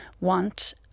want